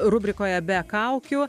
rubrikoje be kaukių